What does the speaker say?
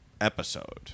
episode